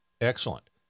Excellent